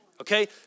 Okay